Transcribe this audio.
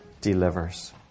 delivers